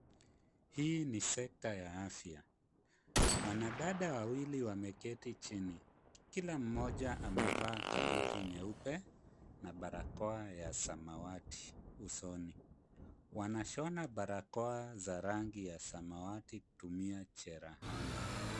Hii ni centre ya afya. Wanadada wawili wameketi chini. Kila mmoja amevaa kabuti nyeupe, na barakoa ya samawati usoni. Wanashona barakoa za rangi ya samawati kutumia cherahani.